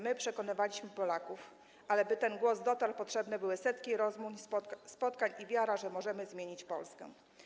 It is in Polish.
My przekonywaliśmy Polaków, ale by ten głos dotarł, potrzebne były setki rozmów, spotkań i wiara, że możemy zmienić Polskę.